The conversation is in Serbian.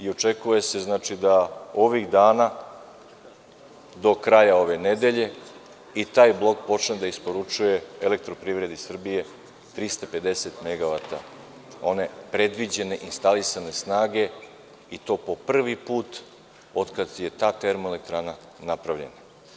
Očekuje se da ovih dana, do kraja ove nedelje, i taj blok počne da isporučuje elektroprivredi Srbije 350 megavata, one predviđene, instalisane snage, i to po prvi put od kad je ta termoelektrana napravljena.